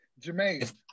Jermaine